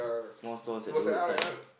small stalls at the roadside